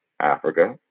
Africa